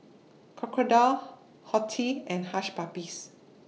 Crocodile Horti and Hush Puppies